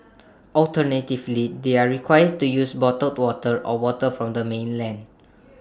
alternatively they are required to use bottled water or water from the mainland